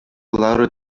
лару